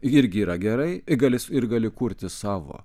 irgi yra gerai ir gali ir gali kurti savo